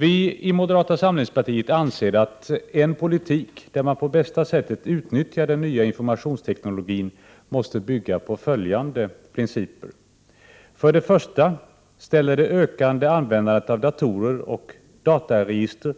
Vi i moderata samlingspartiet anser att en politik där man på bästa sätt utnyttjar den nya informationsteknologin måste bygga på följande principer. För det första ställer det ökande användandet av datorer och dataregister